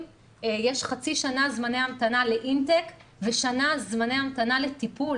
יש חצי שנה זמני המתנה לאינטק ושנה זמני המתנה לטיפול.